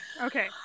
Okay